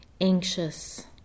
anxious